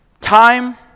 Time